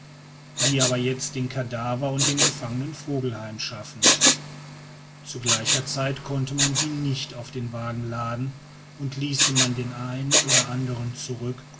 wie aber jetzt den kadaver und den gefangenen vogel heimschaffen zu gleicher zeit konnte man sie nicht auf den wagen laden und ließe man den einen oder anderen zurück